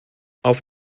auf